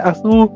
Asu